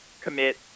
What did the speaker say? commit